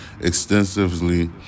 extensively